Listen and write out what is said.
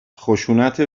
خشونت